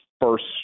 first